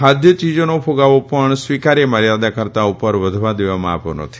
ખાદ્ય ચીજોનો કુગાવો પણ સ્વીકાર્ય મર્યાદા કરતાં ઉપર વધવા દેવામાં આવ્યો નથી